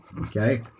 Okay